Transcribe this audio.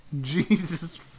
Jesus